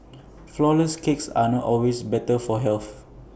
Flourless Cakes are not always better for health